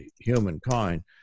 humankind